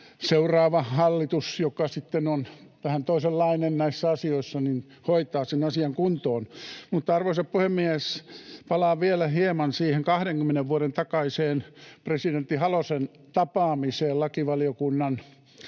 seuraava hallitus, joka sitten on vähän toisenlainen näissä asioissa, hoitaa sen asian kuntoon. Arvoisa puhemies! Palaan vielä hieman siihen 20 vuoden takaiseen presidentti Halosen tapaamiseen lakivaliokunnan kanssa.